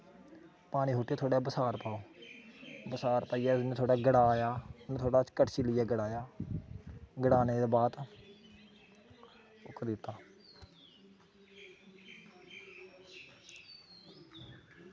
पानी सुट्टियै थोह्ड़े बसार पाओ बसार पाइयै इ'यां थोह्ड़ा गड़ाया थोह्ड़ा कड़शी लेइयै गड़ाया गड़ाने दे बाद ओह् करी दित्ता